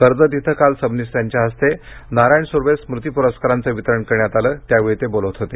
कर्जत इथं काल सबनीस यांच्या हस्ते नारायण सुर्वे स्मुती पुरस्कारांचं वितरण करण्यात आलं त्यावेळी ते बोलत होते